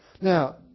Now